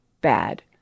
bad